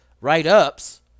Write-ups